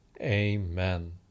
Amen